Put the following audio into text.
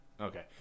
Okay